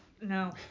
No